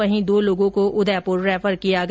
वहीं दो लोगों को उदयपुर रैफर किया गया